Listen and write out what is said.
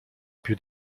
più